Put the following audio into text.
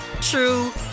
true